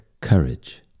courage